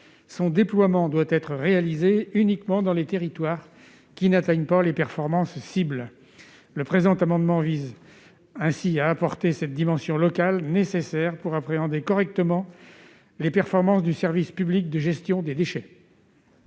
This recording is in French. Son déploiement doit être réalisé uniquement dans les zones qui n'atteignent pas les performances cibles. Le présent amendement vise à apporter cette dimension locale, qui est nécessaire pour appréhender correctement les performances du service public de gestion des déchets.